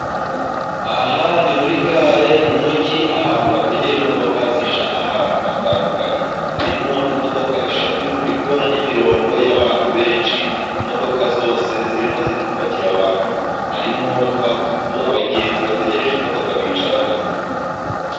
Aha ni muri gare mu mugi, ahantu bategera imodoka zijya ahantu hatandukanye, harimo imodoka eshatu ndi kubona n'imirongo y'abantu benshi, imodoka zose zirimo ziri gupakira abantu, harimo twa tuzu abagenzi bategereje imodoka bicaramo.